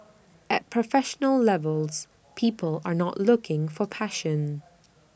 at professional levels people are not looking for passion